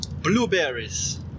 blueberries